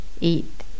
eat